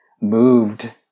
Moved